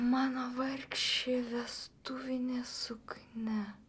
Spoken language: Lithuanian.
mano vargšė vestuvinė suknia